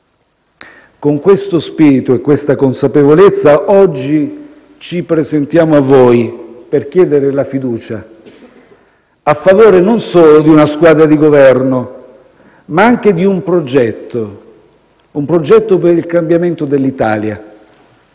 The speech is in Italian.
Con questo spirito e questa consapevolezza oggi ci presentiamo a voi per chiedere la fiducia, a favore non solo di una squadra di Governo, ma anche di un progetto: un progetto per il cambiamento dell'Italia;